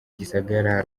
gisagara